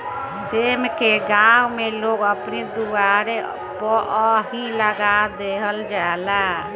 सेम के गांव में लोग अपनी दुआरे पअ ही लगा देहल जाला